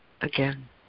again